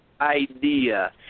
idea